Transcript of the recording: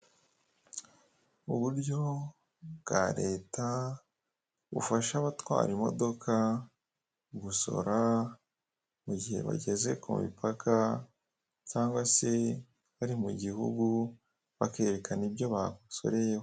Uburyo bwa leta bufasha abatwara imodoka gusora, mu gihe bageze ku mipaka cyangwa se bari mu gihugu bakerekana ibyo basoreyeho.